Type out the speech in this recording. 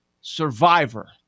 survivor